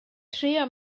trio